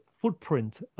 footprint